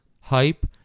hype